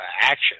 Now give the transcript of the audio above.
action